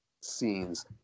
scenes